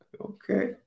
Okay